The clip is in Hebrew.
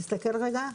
תסתכל רגע.